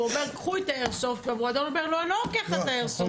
והוא מבקש מהמועדון לקחת את האיירסופט,